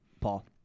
Paul